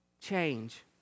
Change